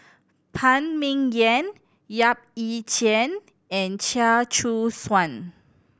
Phan Ming Yen Yap Ee Chian and Chia Choo Suan